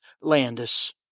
Landis